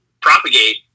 propagate